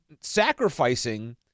sacrificing